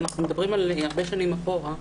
אנחנו מדברים על הרבה שנים אחורה,